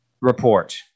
report